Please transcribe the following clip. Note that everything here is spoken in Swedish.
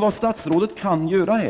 Vad statsrådet kan göra,